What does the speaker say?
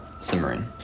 simmering